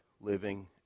living